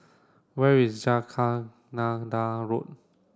where is Jacaranda Road